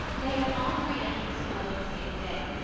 they had all three entered the school on the same day,